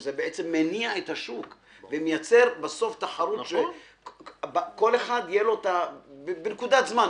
שזה בעצם מניע את השוק ומייצר בסוף תחרות שכל אחד יהיה לו בנקודת זמן,